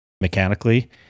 mechanically